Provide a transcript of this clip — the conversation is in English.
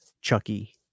Chucky